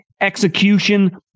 execution